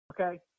Okay